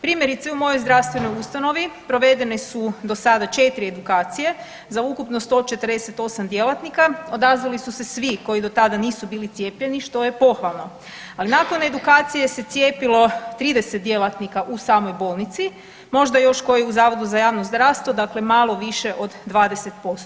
Primjerice, u mojoj zdravstvenoj ustanovi provedene su do sada 4 edukacije za ukupno 148 djelatnika, odazvali su se svi koji do tada nisu bili cijepljeni, što je pohvalno, ali nakon edukacije se cijepilo 30 djelatnika u samoj bolnici, možda još koji u Zavodu za javno zdravstvo, dakle malo više od 20%